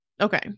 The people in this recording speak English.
Okay